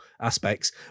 aspects